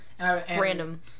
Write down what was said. Random